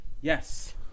Yes